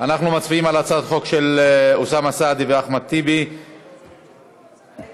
הצעת החוק עברה בקריאה טרומית ותעבור להכנה